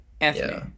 Anthony